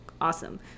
awesome